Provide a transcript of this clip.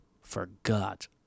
forgot